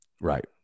Right